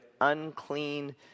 unclean